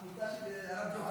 חולצה של הרב דרוקמן,